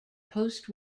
post